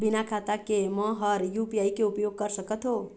बिना खाता के म हर यू.पी.आई के उपयोग कर सकत हो?